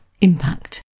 impact